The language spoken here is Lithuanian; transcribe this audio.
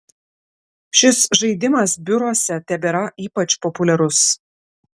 šis žaidimas biuruose tebėra ypač populiarus